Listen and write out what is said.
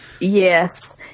Yes